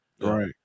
right